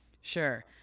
Sure